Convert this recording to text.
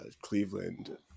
Cleveland